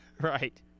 right